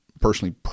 personally